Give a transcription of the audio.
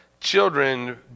children